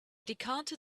decanted